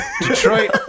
Detroit